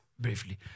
briefly